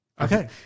Okay